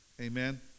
amen